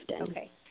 Okay